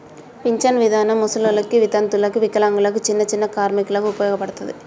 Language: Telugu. పింఛన్ విధానం ముసలోళ్ళకి వితంతువులకు వికలాంగులకు చిన్ని చిన్ని కార్మికులకు ఉపయోగపడతది